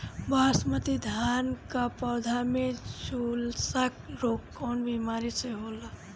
बासमती धान क पौधा में झुलसा रोग कौन बिमारी से होला?